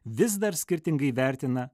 vis dar skirtingai vertina